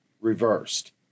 reversed